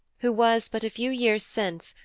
who was but a few years since,